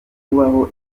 kubaho